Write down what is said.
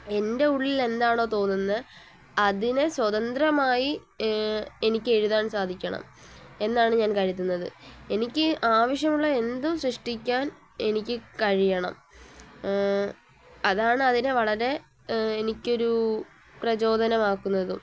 എൻ്റെ ഉള്ളിൽ എന്താണോ തോന്നുന്നത് അതിനെ സ്വതന്ത്രമായി എനിക്ക് എഴുതാൻ സാധിക്കണം എന്നാണ് ഞാൻ കരുതുന്നത് എനിക്ക് ആവശ്യമുള്ള എന്തും സൃഷ്ടിക്കാൻ എനിക്ക് കഴിയണം അതാണ് അതിനെ വളരെ എനിക്കൊരു പ്രചോദനമാക്കുന്നതും